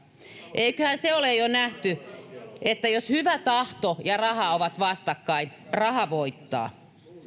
eiköhän se ole jo nähty että jos hyvä tahto ja raha ovat vastakkain raha voittaa